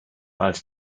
als